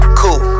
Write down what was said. cool